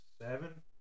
seven